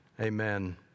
amen